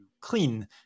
clean